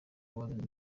wazanye